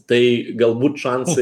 tai galbūt šansai